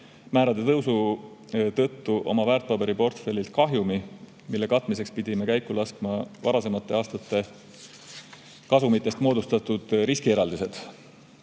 intressimäärade tõusu tõttu oma väärtpaberiportfellilt kahjumi, mille katmiseks pidime käiku laskma varasemate aastate kasumitest moodustatud riskieraldised.